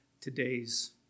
today's